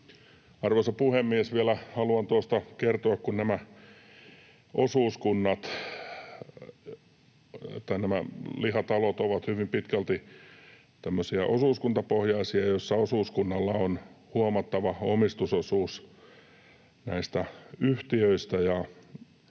Arvoisa puhemies! Vielä haluan kertoa, että kun nämä lihatalot ovat hyvin pitkälti tämmöisiä osuuskuntapohjaisia, joissa osuuskunnalla on huomattava omistusosuus näistä yhtiöistä,